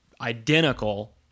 identical